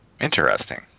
Interesting